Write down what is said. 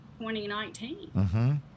2019